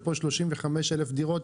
ופה 35,000 דירות,